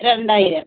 രണ്ടായിരം